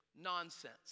nonsense